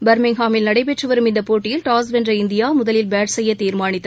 பிர்மிங்ஹாமில் நடைபெற்று வரும் இந்த போட்டியில் டாஸ் வென்ற இந்தியா முதலில் பேட் செய்ய தீர்மானித்து